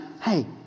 hey